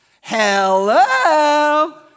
Hello